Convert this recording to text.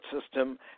system